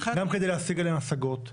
גם כדי להשיג עליהן השגות,